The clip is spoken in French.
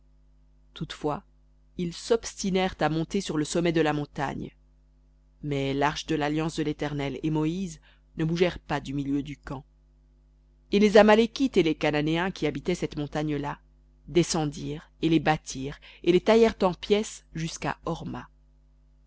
toutefois ils s'obstinèrent à monter sur le sommet de la montagne mais l'arche de l'alliance de l'éternel et moïse ne bougèrent pas du milieu du camp et les amalékites et les cananéens qui habitaient cette montagne là descendirent et les battirent et les taillèrent en pièces jusqu'à horma